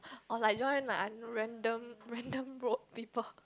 or like join like I don't know random random road people